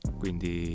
quindi